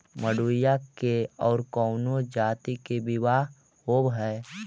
मडूया के और कौनो जाति के बियाह होव हैं?